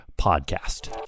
podcast